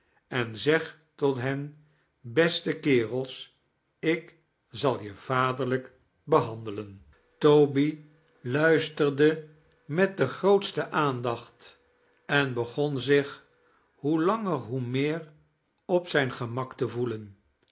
en zeg tot hen beste kerels ik zal je vaderlijk behandelen toby luisterde met de grootste aandacht en begon zich hoe langer hoe meer op zijn gemak te voelen